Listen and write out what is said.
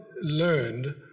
learned